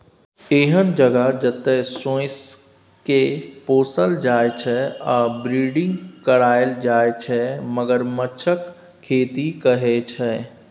एहन जगह जतय सोंइसकेँ पोसल जाइ छै आ ब्रीडिंग कराएल जाइ छै मगरमच्छक खेती कहय छै